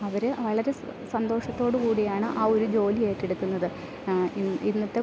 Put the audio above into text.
അവർ വളരെ സന്തോഷത്തോടു കൂടിയാണ് ആ ഒരു ജോലി ഏറ്റെടുക്കുന്നത് ഇന്നത്തെ